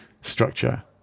structure